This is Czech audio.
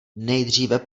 nejdříve